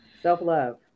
Self-love